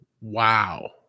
wow